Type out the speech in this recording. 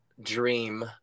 dream